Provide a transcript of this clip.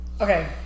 Okay